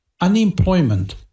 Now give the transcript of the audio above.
unemployment